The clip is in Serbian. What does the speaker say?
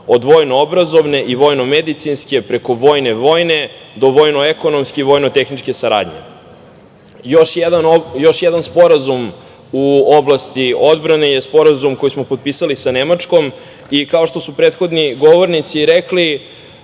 od vojno-obrazovne i vojno-medicinske preko vojne-vojne do vojno-ekonomske i vojno-tehničke saradnje. Još jedan sporazum u oblasti odbrane je Sporazum koji smo potpisali sa Nemačkom. Kao što su prethodni govornici rekli,